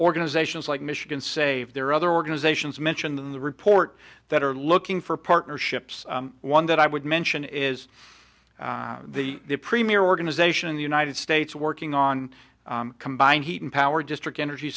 organizations like michigan save there are other organizations mentioned in the report that are looking for partnerships one that i would mention is the premier organization in the united states working on combined heat and power district energy